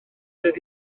fydd